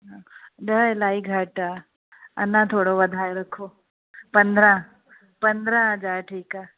ॾह इलाही घटि आहे अञा थोरो वधाए रखो पंद्रहं पंद्रहं हज़ार ठीकु आहे